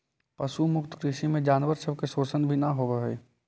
पशु मुक्त कृषि में जानवर सब के शोषण भी न होब हई